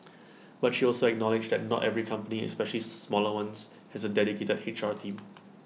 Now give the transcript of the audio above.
but she also acknowledged that not every company especially smaller ones has A dedicated H R team